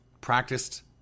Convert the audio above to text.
practiced